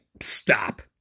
stop